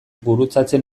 gurutzatzen